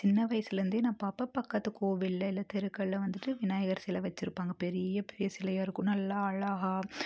சின்ன வயசுலேருந்தே நான் அக்கம் பக்கத்து கோவிலில் இல்லை தெருக்களில் வந்துட்டு விநாயகர் சிலை வச்சுருப்பாங்க பெரிய பெரிய சிலையாக இருக்கும் நல்லா அழகாக